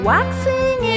Waxing